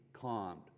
calmed